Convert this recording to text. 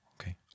okay